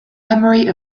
memory